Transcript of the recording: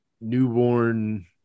newborn